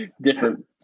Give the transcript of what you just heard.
different